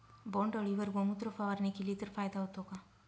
बोंडअळीवर गोमूत्र फवारणी केली तर फायदा होतो का?